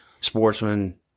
Sportsman